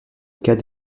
cas